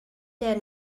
der